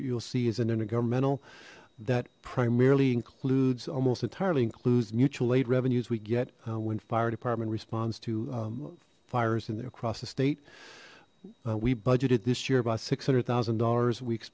you'll see is an intergovernmental that primarily includes almost entirely includes mutual aid revenues we get when fire department responds to fires in the across the state we budgeted this year about six hundred thousand dollars week